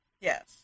Yes